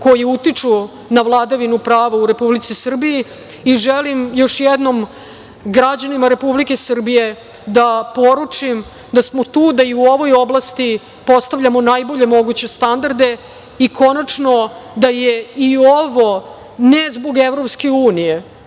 koji utiču na vladavinu prava u Republici Srbiji. Želim još jednom građanima Republike Srbije da poručim da smo tu da i u ovoj oblasti postavljamo najbolje moguće standarde, i konačno da je i ovo ne zbog EU, iako će